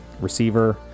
receiver